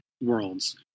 worlds